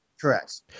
Correct